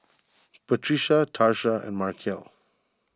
Patricia Tarsha and Markell